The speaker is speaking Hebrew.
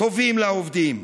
טובים לעובדים,